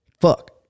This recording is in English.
Fuck